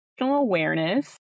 awareness